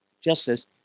justice